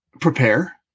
prepare